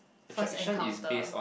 first encounter